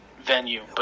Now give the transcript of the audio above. venue